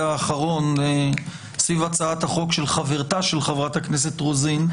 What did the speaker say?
האחרון סביב הצעת החוק של חברתה של חברת הכנסת רוזין,